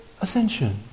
ascension